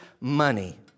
money